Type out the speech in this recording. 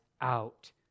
out